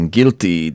Guilty